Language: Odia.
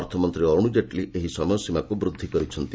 ଅର୍ଥମନ୍ତ୍ରୀ ଅରୁଣ ଜେଟ୍ଲୀ ଏହି ସମୟ ସୀମାକୁ ବୃଦ୍ଧି କରିଛନ୍ତି